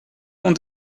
und